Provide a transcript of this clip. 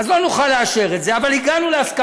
אז לא נוכל לאשר את זה, אבל הגענו להסכמה.